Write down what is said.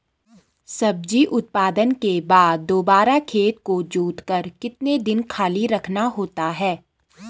सब्जी उत्पादन के बाद दोबारा खेत को जोतकर कितने दिन खाली रखना होता है?